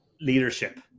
leadership